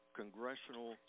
congressional